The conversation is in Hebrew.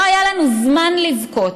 לא היה לנו זמן לבכות,